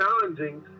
challenging